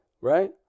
right